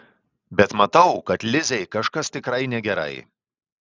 bet matau kad lizei kažkas tikrai negerai